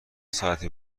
ساعتی